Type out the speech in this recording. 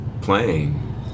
playing